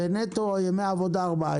ונטו ארבעה